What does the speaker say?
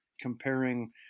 comparing